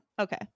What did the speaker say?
Okay